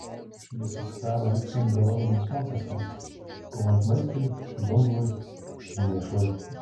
jis susidaro vykstant biologiniams procesams pūvant maistui dumblui mėšlui